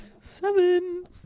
Seven